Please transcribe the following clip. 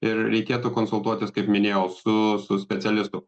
ir reikėtų konsultuotis kaip minėjau su su specialistu